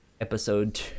episode